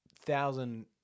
thousand